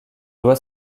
doit